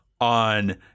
on